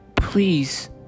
Please